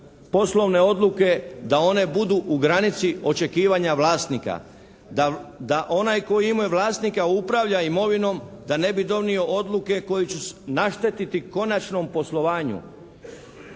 poslovne odluke da one budu u granici očekivanja vlasnika, da onaj tko im je vlasnik upravlja imovinom da ne bi donio odluke koje će naštetiti konačnom poslovanju.